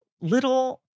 little